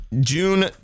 June